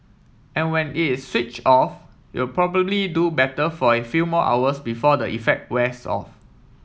and when is switch off you'll probably do better for a few more hours before the effect wears off